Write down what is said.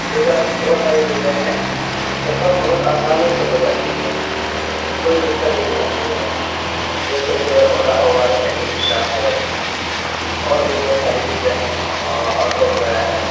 دیگر بہت ساری چیزیں ہیں سفر بہت آسانی سے ہو جاتی ہے کوئی دقت نہیں ہوتی ہے جیسے کہ اولہ اوبر ای ریکشا اور بھی بہت ساری چیزیں ہیں آٹو وغیرہ ہے